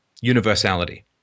universality